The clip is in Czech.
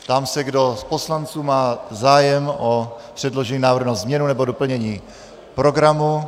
Ptám se, kdo z poslanců má zájem o předložený návrh na změnu nebo doplnění programu.